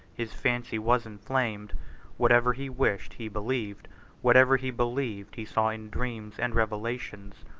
his fancy was inflamed whatever he wished, he believed whatever he believed, he saw in dreams and revelations.